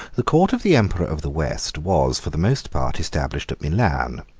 the court of the emperor of the west was, for the most part, established at milan,